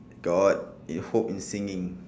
got if hope in singing